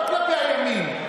לא כלפי הימין,